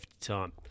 time